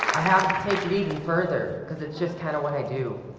taken beat further because it's just kind of what i do,